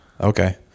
Okay